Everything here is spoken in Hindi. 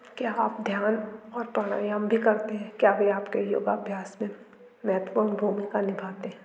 क्या आप ध्यान और प्राणायाम भी करते हैं क्या वे आपके योगाभ्यास में महत्वपूर्ण भूमिका निभाते हैं